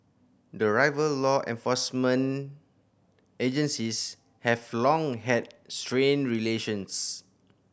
the rival law enforcement agencies have long had strained relations